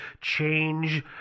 change